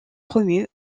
promus